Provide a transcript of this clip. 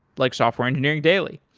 like software engineering daily.